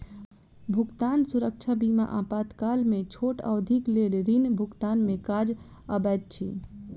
भुगतान सुरक्षा बीमा आपातकाल में छोट अवधिक लेल ऋण भुगतान में काज अबैत अछि